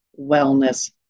wellness